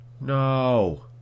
No